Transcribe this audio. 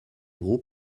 groupe